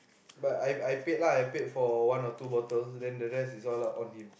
but I I paid lah I paid for one or two bottles then the rest is all out on him